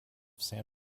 san